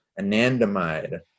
Anandamide